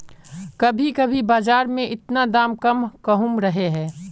कभी कभी बाजार में इतना दाम कम कहुम रहे है?